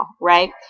right